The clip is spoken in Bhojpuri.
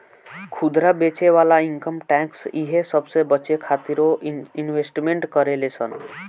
खुदरा बेचे वाला इनकम टैक्स इहे सबसे बचे खातिरो इन्वेस्टमेंट करेले सन